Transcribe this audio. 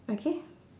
okay